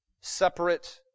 separate